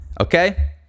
Okay